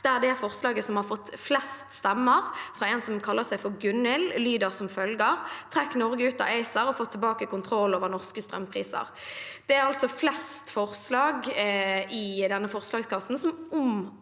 og det forslaget som har fått flest stemmer, fra en som kaller seg for Gunhild, lyder som følger: Trekk Norge ut av ACER og få tilbake kontrollen over norske strømpriser. Det er altså flest forslag i denne forslagskassen som omhandler